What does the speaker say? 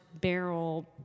barrel